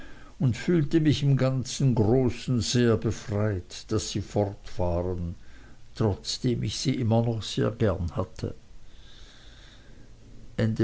und fühlte mich im ganzen großen sehr befreit daß sie fort waren trotzdem ich sie immer noch sehr gern hatte